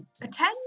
attend